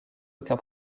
aucun